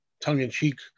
tongue-in-cheek